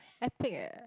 epic eh